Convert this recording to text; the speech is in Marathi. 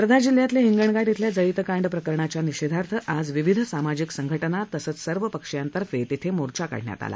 वर्धा जिल्ह्यातल्या हिंगणघाट इथंल्या जळीतकांड प्रकरणाच्या निषेधार्थ आज विविध सामाजिक संघटना तसंच सर्व पक्षीयांतर्फे मोर्चा काढण्यात आला